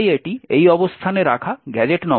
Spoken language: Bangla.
তাই এটি এই অবস্থানে রাখা গ্যাজেট নম্বর 1 থেকে শুরু হয়